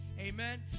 amen